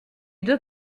deux